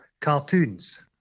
cartoons